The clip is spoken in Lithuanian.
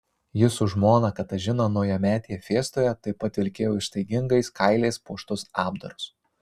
jis su žmona katažina naujametėje fiestoje taip pat vilkėjo ištaigingais kailiais puoštus apdarus